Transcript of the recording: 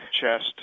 chest